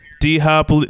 D-Hop